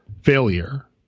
failure